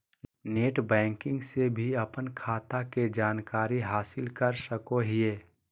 net banking से भी अपन खाता के जानकारी हासिल कर सकोहिये